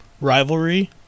rivalry